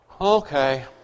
Okay